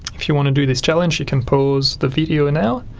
if you want to do this challenge you can pause the video and now,